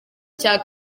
cya